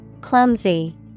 Clumsy